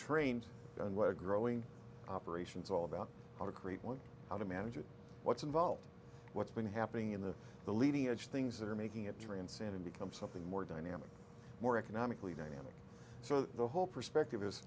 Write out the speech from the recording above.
were growing operations all about how to create one how to manage it what's involved what's been happening in the the leading edge things that are making it transcend and become something more dynamic more economically dynamic so the whole perspective is